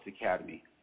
Academy